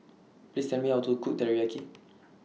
Please Tell Me How to Cook Teriyaki